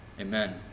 Amen